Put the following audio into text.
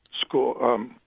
school